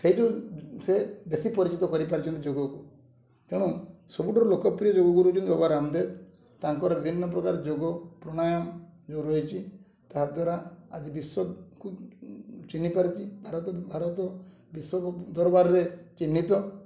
ସେଇଠୁ ସେ ବେଶୀ ପରିଚିତ କରିପାରିଛନ୍ତି ଯୋଗକୁ ତେଣୁ ସବୁଠାରୁ ଲୋକପ୍ରିୟ ଯୋଗଗୁରୁ ହେଉଛନ୍ତି ବାବା ରାମଦେବ ତାଙ୍କର ବିଭିନ୍ନ ପ୍ରକାର ଯୋଗ ପ୍ରାଣାୟାମ ଯେଉଁ ରହିଛି ତାଦ୍ୱାରା ଆଜି ବିଶ୍ୱକୁ ଚିହ୍ନି ପାରିଛି ଭାରତ ଭାରତ ବିଶ୍ୱ ଦରବାରରେ ଚିହ୍ନିତ